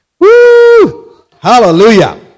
Hallelujah